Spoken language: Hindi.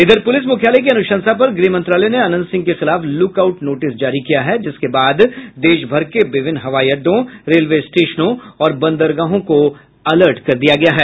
इधर पुलिस मुख्यालय की अनुशंसा पर गृह मंत्रालय ने अनंत सिंह के खिलाफ लुक आउट नोटिस जारी किया है जिसके बाद देश भर के विभिन्न हवाई अड्डों रेलवे स्टेशनों और बंदरगाहों को अलर्ट कर दिया गया है